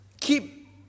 keep